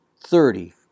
thirty